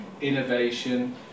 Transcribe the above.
innovation